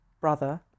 brother